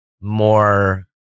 more